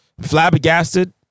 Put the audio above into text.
flabbergasted